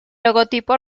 logotipo